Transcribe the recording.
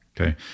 okay